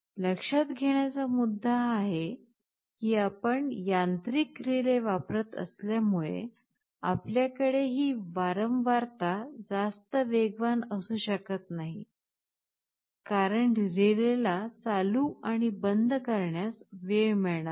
लक्षात घेण्याचा मुद्दा हा आहे की आपण यांत्रिक रिले वापरत असल्यामुळे आपल्याकडे ही वारंवारता जास्त वेगवान असू शकत नाही कारण रिलेला चालू आणि बंद करण्यास वेळ मिळणार नाही